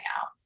out